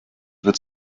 wird